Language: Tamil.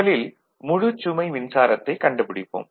முதலில் முழுச் சுமை மின்சாரத்தைக் கண்டுபிடிப்போம்